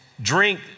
drink